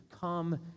Come